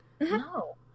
No